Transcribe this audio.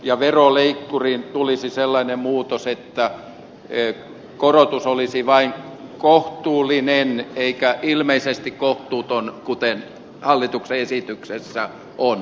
veroleikkuriin tulisi sellainen muutos että korotus olisi vain kohtuullinen eikä ilmeisesti kohtuuton kuten hallituksen esityksessä on